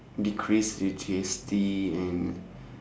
decrease the G_S_T and